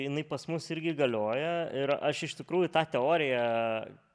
jinai pas mus irgi galioja ir aš iš tikrųjų tą teoriją